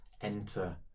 enter